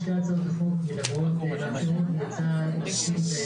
שתי הצעות החוק מדברות על הצבת חיילים